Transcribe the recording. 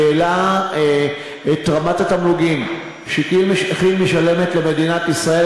שהעלה את רמת התמלוגים שכי"ל משלמת למדינת ישראל,